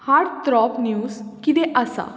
heart त्रॉप news किदें आसा